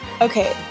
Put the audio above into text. Okay